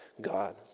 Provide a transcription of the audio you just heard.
God